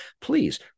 please